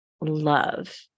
love